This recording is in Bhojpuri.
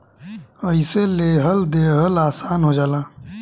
अइसे लेहल देहल आसन हो जाला